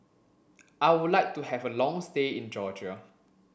I would like to have a long stay in Georgia